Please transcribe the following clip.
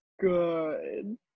good